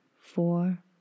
four